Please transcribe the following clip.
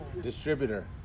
distributor